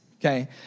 Okay